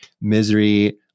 Misery